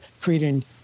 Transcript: creating